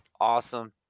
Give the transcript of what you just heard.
awesome